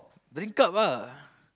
drink up ah